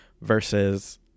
versus